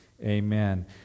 Amen